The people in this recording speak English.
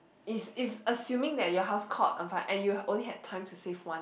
if if assuming that your house caught on fire and you only had time to save one